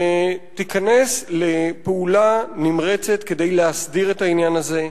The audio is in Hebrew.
ותיכנס לפעולה נמרצת כדי להסדיר את העניין הזה,